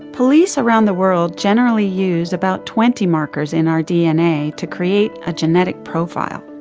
police around the world generally use about twenty markers in our dna to create a genetic profile.